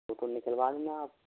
photo निकलवा लेना आप